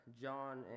John